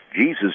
Jesus